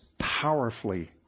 powerfully